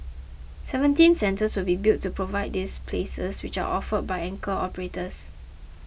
seventeen centres will be built to provide these places which are offered by anchor operators